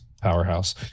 Powerhouse